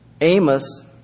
Amos